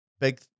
big